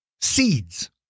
seeds